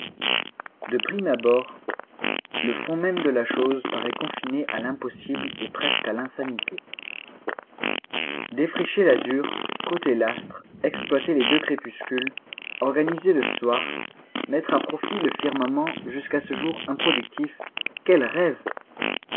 de prime abord le fond même de la chose paraît confiner à l'impossible et presque à l'insanité défricher l'azur coter l'astre exploiter les deux crépuscules organiser le soir mettre à profit le firmament jusqu'à ce jour improductif quel rêve